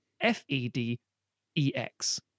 f-e-d-e-x